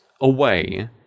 away